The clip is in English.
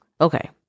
Okay